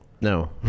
No